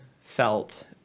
felt